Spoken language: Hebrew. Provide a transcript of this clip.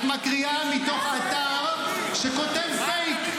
את מקריאה מתוך אתר שכותב פייק,